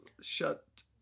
Shut